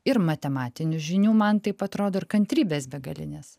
ir matematinių žinių man taip atrodo ir kantrybės begalinės